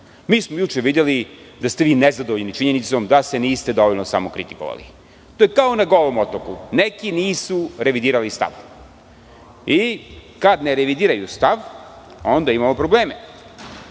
smo videli da ste nezadovoljni činjenicom da se niste dovoljno samokritikovali. To je kao na Golom otoku. Neki nisu revidirali stav. Kad ne revidiraju stav, onda imamo probleme.